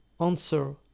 answer